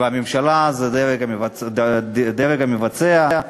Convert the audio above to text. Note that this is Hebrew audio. והממשלה היא הדרג המבצע,